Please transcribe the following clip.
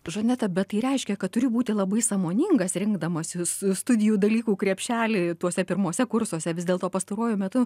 žaneta bet tai reiškia kad turi būti labai sąmoningas rinkdamasis studijų dalykų krepšelį tuose pirmuose kursuose vis dėlto pastaruoju metu